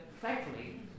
thankfully